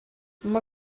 mae